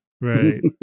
Right